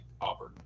auburn